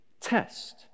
test